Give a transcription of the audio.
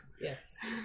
Yes